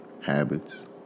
Habits